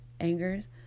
angers